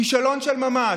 כישלון של ממש.